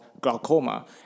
Glaucoma